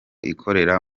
ikorera